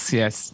yes